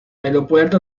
aeropuerto